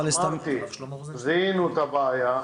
זיהינו את הבעיה,